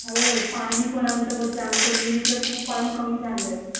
हो पाणी पण आमच्याकडचं आमच्या विहिरीतलं खूप पाणी कमी झालं आहे